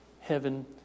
heaven